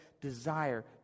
desire